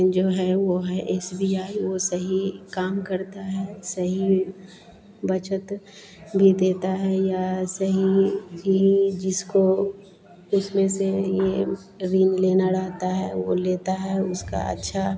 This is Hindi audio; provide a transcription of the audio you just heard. जो है वो है एस बी आई वह सही काम करता है सही बचत भी देता है या सही जी जिसको जिसमें से यह ऋण लेना रहता है वह लेता है और उसका अच्छा